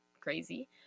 crazy